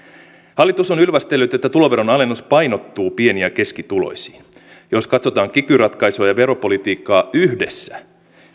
hallitus on ylvästellyt että tuloveronalennus painottuu pieni ja keskituloisiin jos katsotaan kiky ratkaisua ja veropolitiikkaa yhdessä